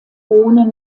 ohne